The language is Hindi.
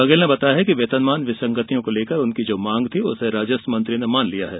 बघेल ने बताया कि वेतनमान विसंगतियों को लेकर भी उनकी जो मांग थी जिसे राजस्व मंत्री ने मान लिया है